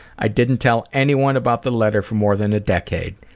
i didn't tell anyone about the letter for more than a decade.